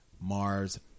Mars